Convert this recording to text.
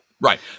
Right